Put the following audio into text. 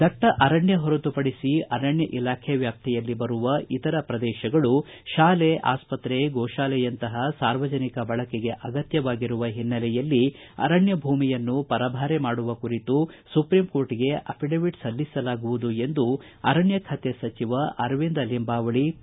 ದಟ್ಟ ಅರಣ್ಡ ಹೊರತುಪಡಿಸಿ ಅರಣ್ಡ ಇಲಾಖೆ ವ್ಯಾಪ್ತಿಯಲ್ಲಿ ಬರುವ ಇತರ ಪ್ರದೇಶಗಳು ಶಾಲೆ ಆಸ್ಪತ್ರೆ ಗೋಶಾಲೆಯಂತಹ ಸಾರ್ವಜನಿಕ ಬಳಕೆಗೆ ಅಗತ್ಕವಾಗಿರುವ ಓನ್ನೆಲೆಯಲ್ಲಿ ಅರಣ್ಯ ಭೂಮಿಯನ್ನು ಪರಭಾರೆ ಮಾಡುವ ಕುರಿತು ಸುಪ್ರೀಂ ಕೋರ್ಟ್ ಗೆ ಅಫಿದಾವಿತ್ ಸಲ್ಲಿಸಲಾಗುವುದು ಎಂದು ಅರಣ್ತ ಖಾತೆ ಸಚಿವ ಅರವಿಂದ ಲಿಂಬಾವಳಿ ತಿಳಿಸಿದ್ದಾರೆ